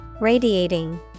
Radiating